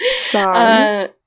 Sorry